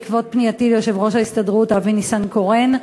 בעקבות פנייתי ליושב-ראש ההסתדרות אבי ניסנקורן,